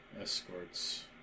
escorts